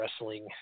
wrestling